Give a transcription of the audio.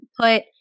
put